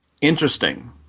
interesting